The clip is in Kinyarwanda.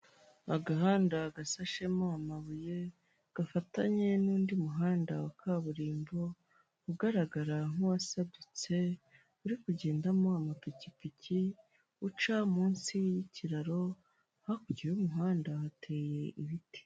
Agahanda gasashemo amabuye gafatanye n'undi muhanda wa kaburimbo, ugaragara nk'uwasadutse uri kugendamo amapikipiki, uca munsi y'ikiraro, hakurya y'umuhanda hateye ibiti.